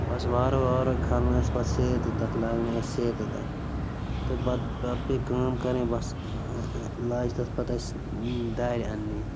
بَس وارٕ وارٕ کھالنٲے اَسہِ پَتہٕ سیرِ تہٕ تَتھ لاگنٲے اَسہِ سیرِ تہِ تَتھ تہٕ پَتہٕ پَتہٕ پیٚیہِ کٲم کَرٕنۍ بَس لاجہِ تَتھ پَتہٕ اَسہِ دارِ اَنٛنہِ